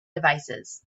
devices